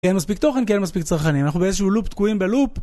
אין מספיק תוכן, כי אין מספיק צרכנים, אנחנו באיזשהו לופ תקועים בלופ